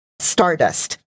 stardust